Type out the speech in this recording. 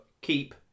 keep